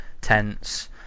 tense